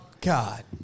God